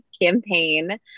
campaign